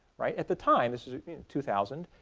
right? at the time this was two thousand,